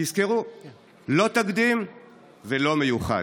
תזכרו: לא תקדים ולא מיוחד.